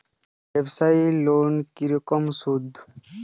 ব্যবসায়িক লোনে কি রকম সুদ?